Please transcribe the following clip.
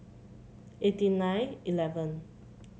eighty nine eleven